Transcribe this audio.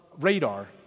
radar